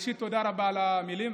ראשית תודה רבה על המילים,